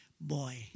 boy